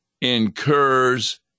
incurs